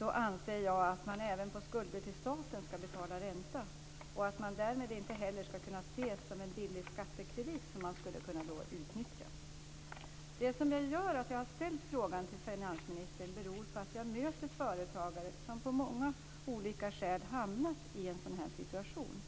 anser jag att man skall betala ränta även på skulder till staten. Därmed skall de inte ses som en möjlighet att utnyttja en billig skattekredit. Anledningen till att jag har ställt frågan till finansministern är att jag har mött många företagare som av många olika skäl har hamnat i en sådan situation.